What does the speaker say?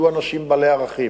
יהיו אנשים בעלי ערכים.